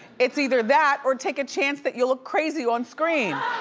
it's either that or take a chance that you'll look crazy on screen.